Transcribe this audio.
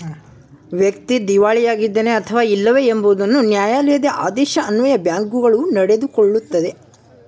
ವ್ಯಕ್ತಿ ದಿವಾಳಿ ಆಗಿದ್ದಾನೆ ಅಥವಾ ಇಲ್ಲವೇ ಎಂಬುದನ್ನು ನ್ಯಾಯಾಲಯದ ಆದೇಶದ ಅನ್ವಯ ಬ್ಯಾಂಕ್ಗಳು ನಡೆದುಕೊಳ್ಳುತ್ತದೆ